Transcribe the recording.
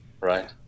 right